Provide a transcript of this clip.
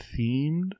themed